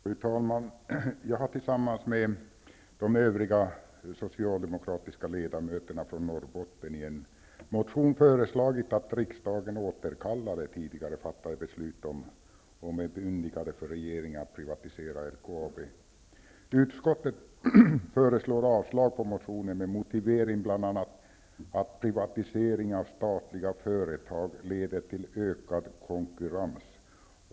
Fru talman! Jag har tillsammans med de övriga socialdemokratiska ledamöterna från Norrbotten i en motion föreslagit att riksdagen återkallar det tidigare fattade beslutet om ett bemyndigande för regeringen att privatisera LKAB. Utskottet föreslår avslag på motionen bl.a. med motiveringen att privatisering av statliga företag leder till ökad konkurrens.